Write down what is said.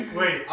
wait